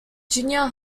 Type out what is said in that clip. junior